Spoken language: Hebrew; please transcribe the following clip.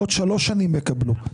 בעוד שלוש שנים יקבלו.